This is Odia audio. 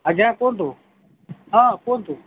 ଆଜ୍ଞା କୁହନ୍ତୁ ହଁ କୁହନ୍ତୁ